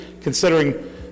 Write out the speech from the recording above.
considering